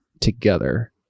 together